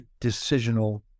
decisional